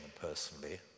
personally